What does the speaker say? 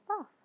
off